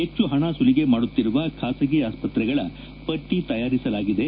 ಹೆಚ್ಚು ಹಣ ಸುಲಿಗೆ ಮಾಡುತ್ತಿರುವ ಖಾಸಗಿ ಆಸ್ಪತ್ರೆಗಳ ಪಟ್ಟ ತಯಾರಿಸಲಾಗಿದೆ